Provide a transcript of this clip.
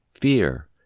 fear